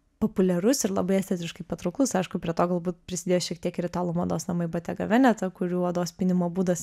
populiarus ir labai estetiškai patrauklus aišku prie to galbūt prisidėjo šiek tiek ir italų mados namai bottega veneta kurių odos pynimo būdas